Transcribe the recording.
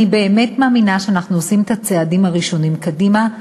אני באמת מאמינה שאנחנו עושים את הצעדים הראשונים קדימה.